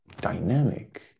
dynamic